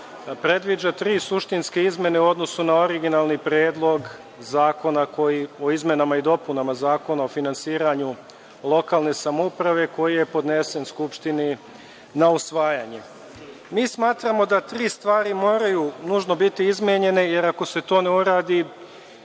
predviđa tri suštinske izmene u odnosu na originalni Predlog zakona o izmenama i dopunama Zakona o finansiranju lokalne samouprave, koji je podnesen Skupštini na usvajanje. Mi smatramo da tri stvari moraju nužno biti izmenjene, jer ako se to ne uradi,